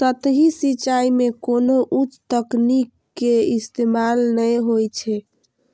सतही सिंचाइ मे कोनो उच्च तकनीक के इस्तेमाल नै होइ छै